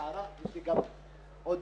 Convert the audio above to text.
ותנאי עבודה.